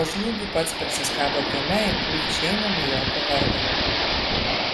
o žliūgių pats prisiskabo kieme į kurį išeina be jokio vargo